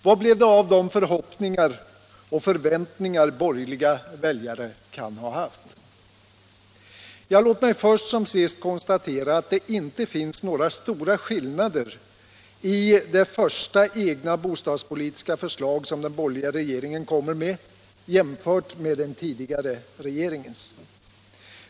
Vad blev det av de förhoppningar och förväntningar som borgerliga väljare kan ha haft? Låt mig först som sist konstatera att det inte finns några stora skillnader i de första egna bostadspolitiska förslag som den borgerliga regeringen lägger fram, jämfört med den tidigare regeringens.